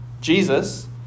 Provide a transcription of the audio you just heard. Jesus